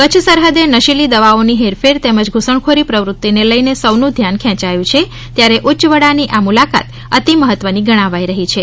કચ્છ સરહદે નશીલી દવાઆની હેરફેર તેમજ ધુસણખોરી પ્રવૃતિને લઇને સૌનું ધ્યાન ખેંચાયું છે ત્યારે ઉચ્ય વડાની આ મુલાકાત અતિ મહત્વની ગણાઇ રહી છે